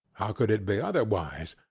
how could it be otherwise?